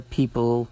people